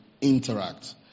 interact